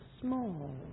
small